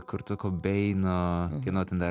kurto kobeino kieno ten dar